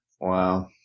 wow